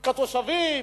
התושבים,